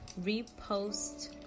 repost